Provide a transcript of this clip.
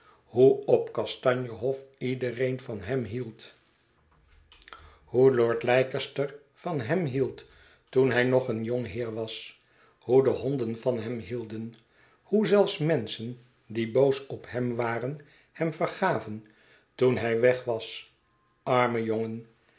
hoe op kastanje hof iedereen van hem hield hoe lord het oudje en de huishoudster leicester van hem hield toen hij nog een jong heer was hoe de honden van hem hielden hoe zelfs menschen die boos op hem waren hem vergaven toen hij weg was arme jongen